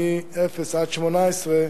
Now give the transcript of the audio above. מאפס עד 18,